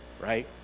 right